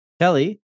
Kelly